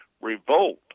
revolt